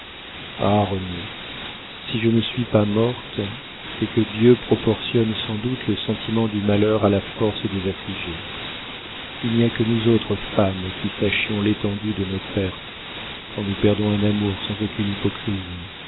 renée si je ne suis pas morte c'est que dieu proportionne sans doute le sentiment du malheur à la force des affligés il n'y a que nous autres femmes qui sachions l'étendue de nos pertes quand nous perdons un amour sans aucune hypocrisie